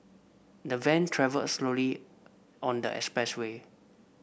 the van travelled slowly on the expressway